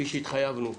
שהתחייבנו.